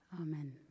Amen